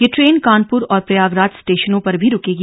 यह ट्रेन कानपुर और प्रयागराज स्टेंशनों पर भी रूकेगी